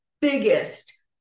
biggest